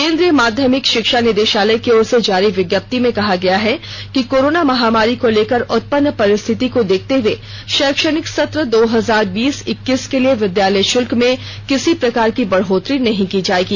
केन्द्रीय माध्यमिक षिक्षा निदेषालय की ओर से जारी विज्ञप्ति में कहा गया है कि कोरोना महामारी को लेकर उत्पन्न परिस्थिति को देखते हुए शैक्षणिक सत्र दो हजार बीस इक्कीस के लिए विद्यालय शुल्क में किसी प्रकार की बढ़ोत्तरी नहीं की जाएगी